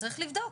וצריך לבדוק.